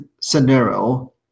scenario